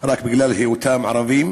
רק בגלל היותם ערבים.